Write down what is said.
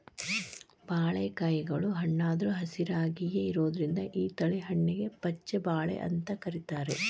ಬಾಳಿಕಾಯಿಗಳು ಹಣ್ಣಾದ್ರು ಹಸಿರಾಯಾಗಿಯೇ ಇರೋದ್ರಿಂದ ಈ ತಳಿ ಹಣ್ಣಿಗೆ ಪಚ್ಛ ಬಾಳೆ ಅಂತ ಕರೇತಾರ